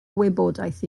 wybodaeth